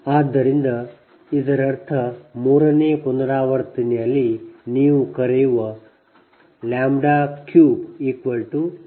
ಆದ್ದರಿಂದ ಇದರರ್ಥ ಮೂರನೆಯ ಪುನರಾವರ್ತನೆಯಲ್ಲಿ ನೀವು ಕರೆಯುವ 107